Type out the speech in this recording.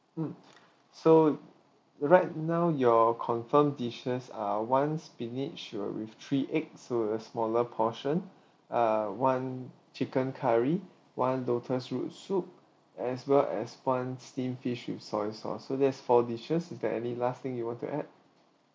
mm so right now your confirmed dishes are one spinach uh with three eggs so that's smaller portion uh one chicken curry one lotus root soup as well as one steam fish with soy sauce so there's four dishes is there any last thing you want to add